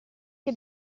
che